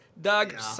Doug